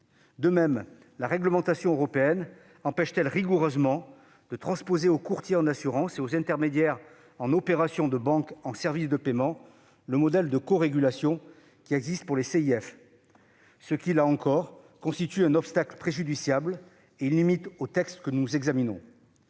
De même la réglementation européenne empêche-t-elle rigoureusement de transposer aux courtiers en assurances et aux intermédiaires en opérations de banque et en services de paiement le modèle de corégulation qui existe pour les CIF. Là encore, cela constitue un obstacle préjudiciable et une limite au texte que nous examinons.